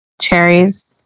Cherries